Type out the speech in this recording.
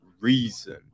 reason